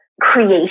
creation